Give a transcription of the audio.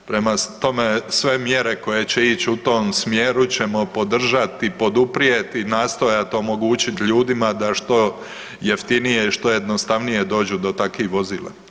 Prema tome, sve mjere koje će ići u tom smjeru ćemo podržati i poduprijeti i nastojati omogućiti ljudima da što jeftinije i što jednostavnije dođu do takvih vozila.